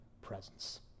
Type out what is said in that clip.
presence